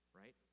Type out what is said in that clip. right